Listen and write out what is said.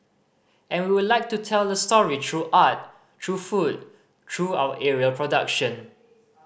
and we like to tell the story through art through food through our aerial production